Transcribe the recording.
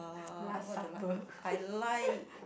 last supper